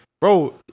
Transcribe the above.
bro